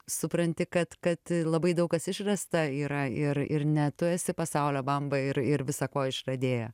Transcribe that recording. supranti kad kad labai daug kas išrasta yra ir ir ne tu esi pasaulio bamba ir ir visa ko išradėja